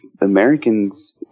Americans